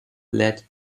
led